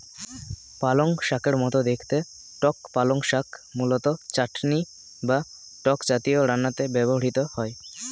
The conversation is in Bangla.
পালংশাকের মতো দেখতে টক পালং শাক মূলত চাটনি বা টক জাতীয় রান্নাতে ব্যবহৃত হয়